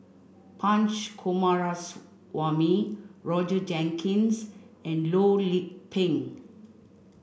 Punch Coomaraswamy Roger Jenkins and Loh Lik Peng